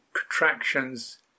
contractions